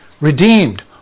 redeemed